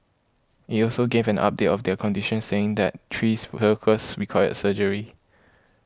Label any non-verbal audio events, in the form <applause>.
it also gave an update of their condition saying that three <noise> workers required surgery